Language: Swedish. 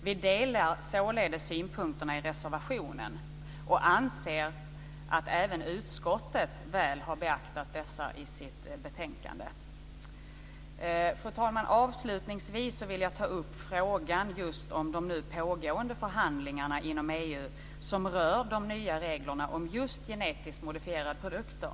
Vi delar således synpunkterna i reservationen och anser att även utskottet väl har beaktat dessa i sitt betänkande. Fru talman! Avslutningsvis vill jag ta upp frågan om de nu pågående förhandlingarna inom EU som rör de nya reglerna om just genetiskt modifierade produkter.